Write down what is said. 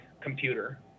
computer